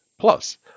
plus